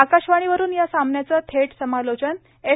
आकाशवाणीवरून या सामन्याचं थेट समालोचन एफ